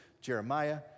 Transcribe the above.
Jeremiah